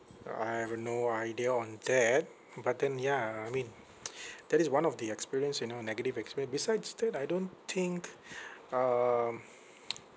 uh I have no idea on that but then ya I mean that is one of the experience you know negative experience besides that I don't think um